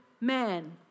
man